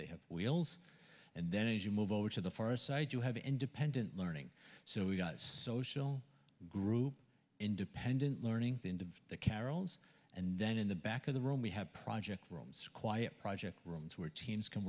they have wheels and then as you move over to the far side you have independent learning so we've got social group independent learning into the carrolls and then in the back of the room we have project rooms quiet project rooms where teams can